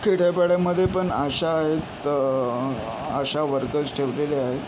खेड्या पाड्यामध्ये पण आशा आहेत आशा वर्कर्स ठेवलेल्या आहेत